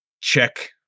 check